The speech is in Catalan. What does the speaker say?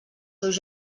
teus